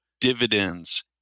dividends